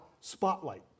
spotlight